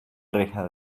reja